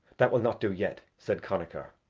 that will not do yet, said connachar.